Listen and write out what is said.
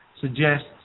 suggests